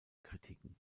kritiken